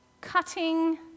cutting